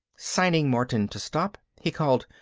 signing martin to stop, he called,